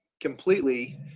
completely